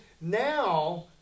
Now